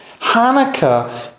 Hanukkah